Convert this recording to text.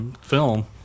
film